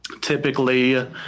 typically